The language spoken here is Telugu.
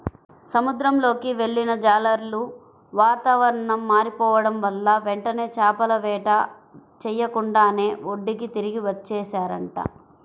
సముద్రంలోకి వెళ్ళిన జాలర్లు వాతావరణం మారిపోడం వల్ల వెంటనే చేపల వేట చెయ్యకుండానే ఒడ్డుకి తిరిగి వచ్చేశారంట